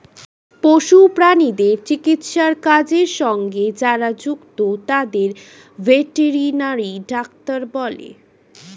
পশু প্রাণীদের চিকিৎসার কাজের সঙ্গে যারা যুক্ত তাদের ভেটেরিনারি ডাক্তার বলা হয়